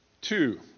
Two